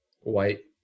white